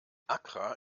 accra